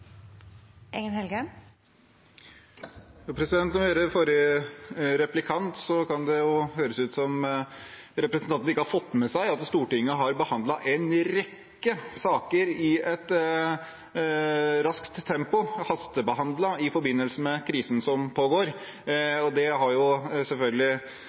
høres ut som om representanten ikke har fått med seg at Stortinget har behandlet en rekke saker i et raskt tempo – hastebehandlet – i forbindelse med krisen som pågår. Det har selvfølgelig